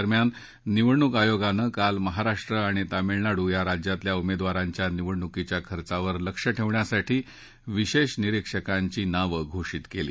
दरम्यान निवडणुक आयोगानं काल महाराष्ट्र आणि तामिळनाडू या राज्यातल्या उमेदवारांच्या निवडणुकीच्या खर्चावर लक्ष ठेवण्यासाठी विशेष निरीक्षकांची नावं घोषित केली